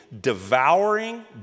devouring